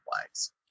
flags